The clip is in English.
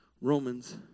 Romans